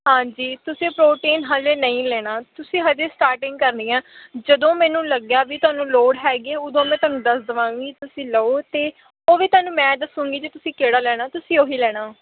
ਹਾਂਜੀ ਤੁਸੀਂ ਪ੍ਰੋਟੀਨ ਹਜੇ ਨਹੀਂ ਲੈਣਾ ਤੁਸੀਂ ਹਜੇ ਸਟਾਰਟਿੰਗ ਕਰਨੀ ਆ ਜਦੋਂ ਮੈਨੂੰ ਲੱਗਿਆ ਵੀ ਤੁਹਾਨੂੰ ਲੋੜ ਹੈਗੀ ਉਦੋਂ ਮੈਂ ਤੁਹਾਨੂੰ ਦੱਸ ਦੇਵਾਂਗੀ ਤੁਸੀਂ ਲਓ ਅਤੇ ਉਹ ਵੀ ਤੁਹਾਨੂੰ ਮੈਂ ਦੱਸੂਗੀ ਜੀ ਤੁਸੀਂ ਕਿਹੜਾ ਲੈਣਾ ਤੁਸੀਂ ਉਹ ਹੀ ਲੈਣਾ